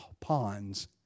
ponds